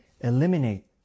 eliminate